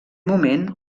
moment